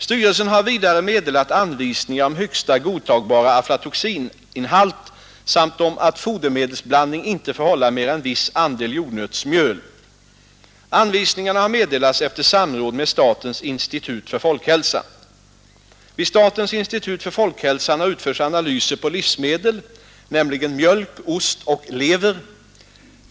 Styrelsen har vidare meddelat anvisningar om högsta godtagbara aflatoxinhalt samt om att fodermedelsblandning inte får hålla mer 69 än viss andel jordnötsmjöl. Anvisningarna har meddelats efter samråd med statens institut för folkhälsan. Vid statens institut för folkhälsan har utförts analyser på livsmedel, nämligen mjölk, ost och lever.